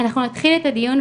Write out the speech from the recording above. אנחנו נתחיל את הדיון,